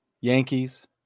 Yankees